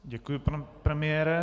Děkuji, pane premiére.